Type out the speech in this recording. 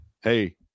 Hey